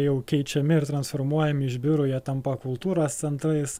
jau keičiami ir transformuojami iš biurų jie tampa kultūros centrais